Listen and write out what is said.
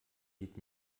geht